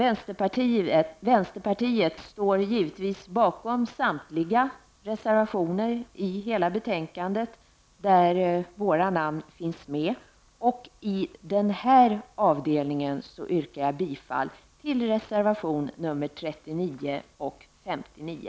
Vänsterpartiet står givetvis bakom samtliga reservationer i hela betänkandet där våra namn finns med. I den här avdelningen yrkar jag bifall till reservationerna 39 och 59.